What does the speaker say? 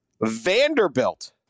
Vanderbilt